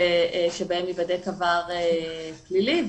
שבהן ייבדק עבר פלילי,